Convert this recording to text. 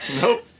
Nope